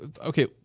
okay